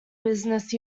business